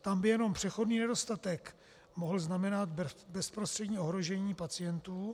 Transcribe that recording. Tam by jenom přechodný nedostatek mohl znamenat bezprostřední ohrožení pacientů.